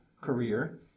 career